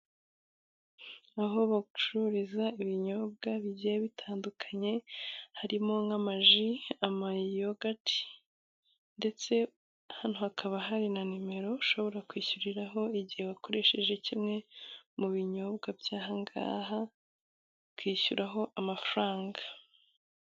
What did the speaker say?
Aho bacururiza ibinyobwa bigiye bitandukanye harimo: nk'amaji, amayogati, ndetse hano hakaba hari na numero ushobora kwishyuriraho igihe wakoresheje kimwe mu binyobwa byaha ngaha ukishyuraho amafaranga.